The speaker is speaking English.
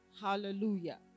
Hallelujah